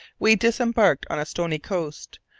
we disembarked on a stony coast.